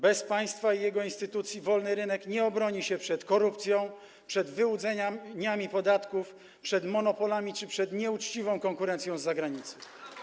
Bez państwa i jego instytucji wolny rynek nie obroni się przed korupcją, przed wyłudzeniami podatków, przed monopolami czy przed nieuczciwą konkurencją z zagranicy.